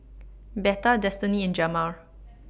Betha Destinee and Jamar